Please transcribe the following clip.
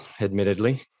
admittedly